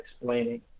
explaining